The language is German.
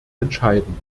entscheidend